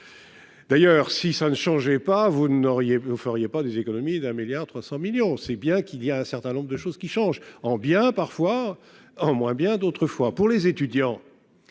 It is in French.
D'ailleurs, si ça ne changeait pas, vous n'auriez vous feriez pas des économies d'un milliard 300 millions, c'est bien qu'il y a un certain nombre de choses qui change en bien, parfois en moins bien d'autrefois pour les étudiants,